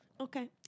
Okay